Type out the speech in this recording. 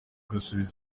asubiza